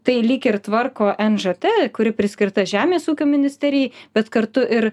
tai lyg ir tvarko nžt kuri priskirta žemės ūkio ministerijai bet kartu ir